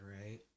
right